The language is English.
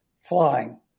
flying